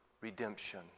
redemption